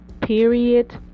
period